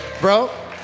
Bro